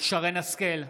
שרן מרים השכל,